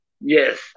Yes